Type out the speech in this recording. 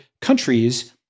countries